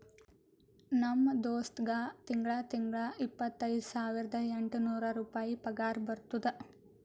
ನಮ್ ದೋಸ್ತ್ಗಾ ತಿಂಗಳಾ ತಿಂಗಳಾ ಇಪ್ಪತೈದ ಸಾವಿರದ ಎಂಟ ನೂರ್ ರುಪಾಯಿ ಪಗಾರ ಬರ್ತುದ್